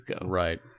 Right